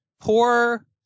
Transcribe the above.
poor